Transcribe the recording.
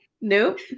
Nope